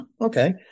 Okay